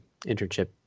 internship